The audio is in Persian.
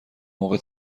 موقع